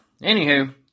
Anywho